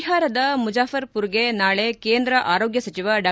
ಬಿಹಾರದ ಮುಜಾಫರ್ ಪುರ್ಗೆ ನಾಳೆ ಕೇಂದ್ರ ಆರೋಗ್ಯ ಸಚಿವ ಡಾ